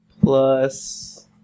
Plus